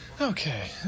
Okay